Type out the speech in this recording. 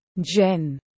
Jen